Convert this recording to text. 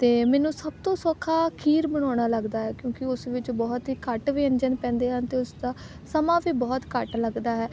ਅਤੇ ਮੈਨੂੰ ਸਭ ਤੋਂ ਸੌਖਾ ਖੀਰ ਬਣਾਉਣਾ ਲੱਗਦਾ ਹੈ ਕਿਉਂਕਿ ਉਸ ਵਿੱਚ ਬਹੁਤ ਹੀ ਘੱਟ ਵਿਅੰਜਨ ਪੈਂਦੇ ਹਨ ਅਤੇ ਉਸਦਾ ਸਮਾਂ ਵੀ ਬਹੁਤ ਘੱਟ ਲੱਗਦਾ ਹੈ